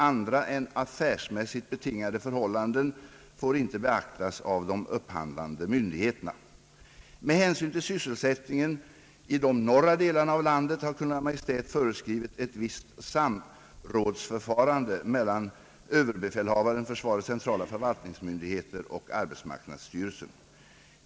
Andra än affärsmässigt betingade förhållanden får inte beaktas av de upphandlande myndigheterna. Med hänsyn till sysselsättningen i de norra delarna av landet har Kungl. Maj:t föreskrivit om visst samrådsförfarande mellan överbefälhavaren, försvarets centrala förvaltningsmyndigheter och arbetsmarknadsstyrelsen.